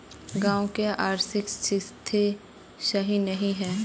गाँव की आर्थिक स्थिति सही नहीं है?